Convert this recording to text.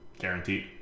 guaranteed